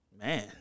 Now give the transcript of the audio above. Man